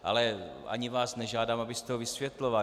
Ale ani vás nežádám, abyste to vysvětloval.